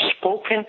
spoken